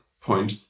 point